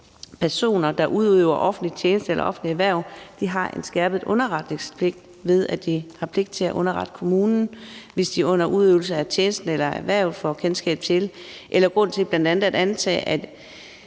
personer, der udøver offentlig tjeneste eller offentligt hverv, har en skærpet underretningspligt, i og med at de har pligt til at underrette kommunen, hvis de under udøvelse af tjenesten eller hvervet får kendskab til eller grund til bl.a. at antage, at